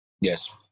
Yes